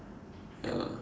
ya